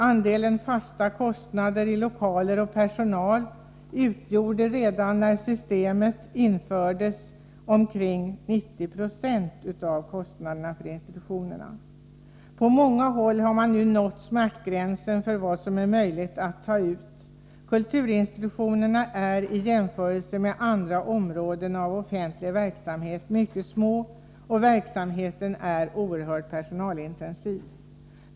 Andelen fasta kostnader i lokaler och personal utgjorde redan när systemet infördes omkring 90 96 av de samlade kostnaderna för institutionerna. På många håll har man nu nått smärtgränsen för vad som är möjligt att ta ut. Kulturinstitutionerna är i jämförelse med andra inrättningar inom områden av offentlig verksamhet mycket små, och verksamheten är oerhört personalintensiv.